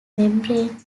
membrane